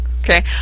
Okay